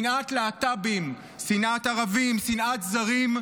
שנאת להט"בים, שנאת ערבים, שנאת זרים,